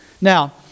Now